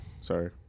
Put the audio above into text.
Sorry